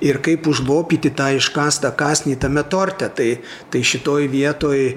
ir kaip užlopyti tą iškąstą kąsnį tame torte tai tai šitoj vietoj